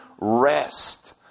rest